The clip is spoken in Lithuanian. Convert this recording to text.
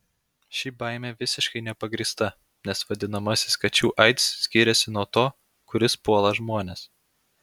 ši baimė visiškai nepagrįsta nes vadinamasis kačių aids skiriasi nuo to kuris puola žmones